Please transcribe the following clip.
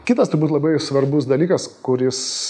kitas turbūt labai svarbus dalykas kuris